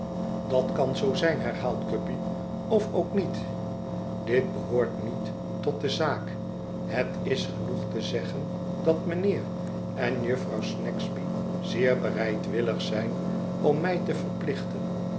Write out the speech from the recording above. dat kan zoo zijn herhaalt guppy of ook niet dit behoort niet tot de zaak het is genoeg te zeggen dat mijnheer en jufvrouw snagsby zeer bereidwillig zijn om mij te verplichten